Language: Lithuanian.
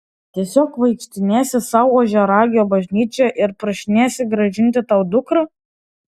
tiesiog vaikštinėsi sau ožiaragio bažnyčioje ir prašinėsi grąžinti tau dukrą